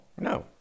No